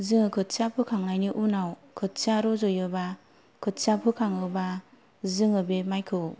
जोङो खोथिया फोखांनायनि उनाव खोथिया रजयोबा खोथिया बोखाङोबा जोङो बे माइखौ